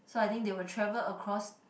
so I think they will travel across